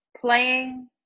playing